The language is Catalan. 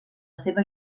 seva